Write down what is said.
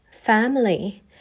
family